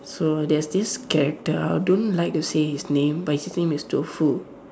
so there's this character I don't like to say his name but his name is tofu